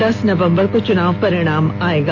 दस नवंबर को चुनाव परिणाम आएगा